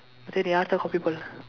then யாருதான்:yaaruthaan copy பண்ணா:pannaa